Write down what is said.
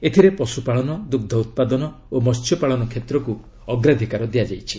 ଏଥିରେ ପଶୁପାଳନ ଦୁଗ୍ଧ ଉତ୍ପାଦନ ଓ ମହ୍ୟପାଳନ କ୍ଷେତ୍ରକୁ ଅଗ୍ରାଧିକାର ଦିଆଯାଇଛି